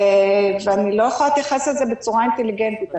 אני לא יכולה להתייחס לזה בצורה אינטליגנטית.